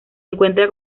encuentra